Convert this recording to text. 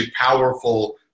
powerful